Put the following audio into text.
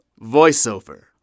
VoiceOver